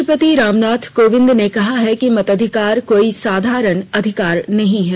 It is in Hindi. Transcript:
राष्ट्रपति रामनाथ कोविंद ने कहा है कि मताधिकार कोई साधारण अधिकार नहीं है